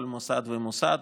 כל מוסד ומוסד.